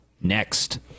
Next